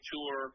Tour